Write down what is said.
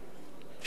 אדוני היושב-ראש,